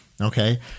Okay